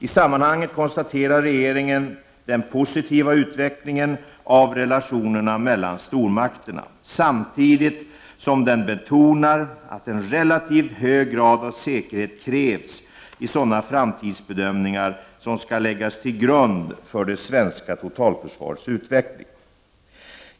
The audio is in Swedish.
I sammanhanget konstaterar regeringen den positiva utvecklingen av relationerna mellan stormakterna, samtidigt som den betonar att en relativt hög grad av säkerhet krävs i sådanå framtidsbedömningar som skall läggas till grund för det svenska totalförsvarets utveckling.